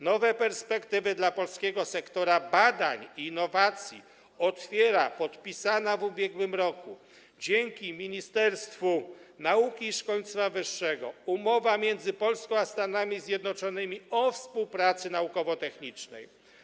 Nowe perspektywy dla polskiego sektora badań i innowacji otwiera podpisana w ubiegłym roku dzięki Ministerstwu Nauki i Szkolnictwa Wyższego umowa między Polską a Stanami Zjednoczonymi o współpracy naukowo-technicznej.